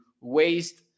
waste